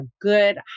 good